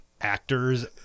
actors